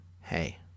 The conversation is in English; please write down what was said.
hey